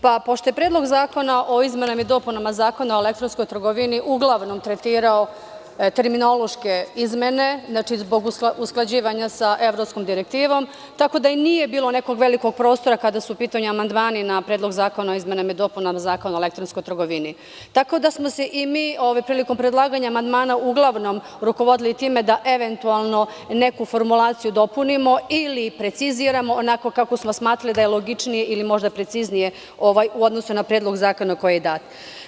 Pošto je Predlog zakona o izmenama i dopunama Zakona o elektronskoj trgovini uglavnom tretirao terminološke izmene zbog usklađivanja sa evropskim direktivama, tako da i nije bilo nekog velikog prostora kada su u pitanju amandmani na Predlog zakona o izmenama i dopunama Zakona o elektronskoj trgovini, tako da smo se i mi prilikom predlaganja amandmana uglavnom rukovodili time da eventualno neku formulaciju dopunimo ili preciziramo onako kako smo smatrali da je logičnije ili možda preciznije u odnosu na Predlog zakona koji je dat.